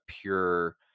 pure